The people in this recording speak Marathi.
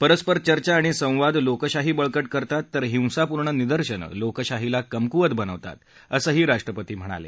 परस्पर चर्चा आणि संवाद लोकशाही बळकट करतात तर हिंसापूर्ण निदर्शनं लोकशाहीला कमकूवत बनवतात असंही राष्ट्रपती म्हणाले